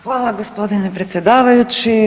Hvala gospodine predsjedavajući.